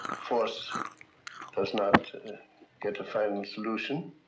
force does not get a final solution.